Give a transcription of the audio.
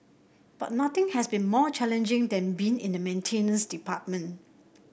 but nothing has been more challenging than being in the maintenance department